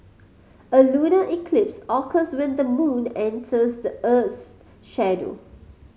a lunar eclipse occurs when the moon enters the earth's shadow